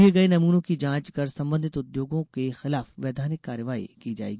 लिये गये नमूनों की जाँच कर संबंधित उद्योगों के खिलाफ वैधानिक कार्यवाही की जायेगी